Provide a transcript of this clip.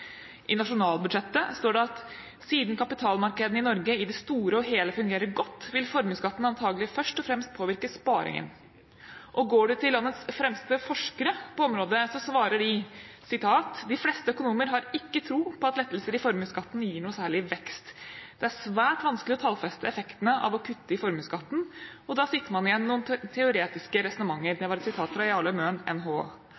I nasjonalbudsjettet står det videre: «Siden kapitalmarkedene i Norge i det store og hele fungerer godt, vil formuesskatten antagelig først og fremst påvirke sparingen.» Går vi til landets fremste forskere på området, svarer de: «De fleste økonomer har ikke tro på at lettelser i formuesskatten gir noen særlig vekst. Det er svært vanskelig å tallfeste effektene av å kutte i formuesskatten, og da sitter man igjen med noen teoretiske resonnementer.»